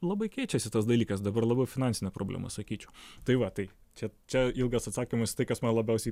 labai keičiasi tas dalykas dabar labiau finansinė problema sakyčiau tai va tai čia čia ilgas atsakymas tai kas man labiausiai